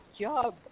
job